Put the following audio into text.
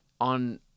on